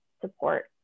support